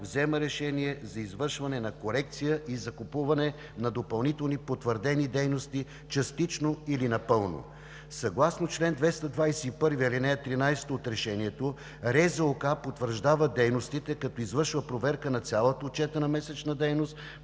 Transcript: взема решение за извършване на корекция и закупуване на допълнителни потвърдени дейности –частично или напълно. Съгласно чл. 221, ал. 13 от решението РЗОК потвърждава дейностите, като извършва проверка на цялата отчетена месечна дейност